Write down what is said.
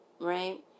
right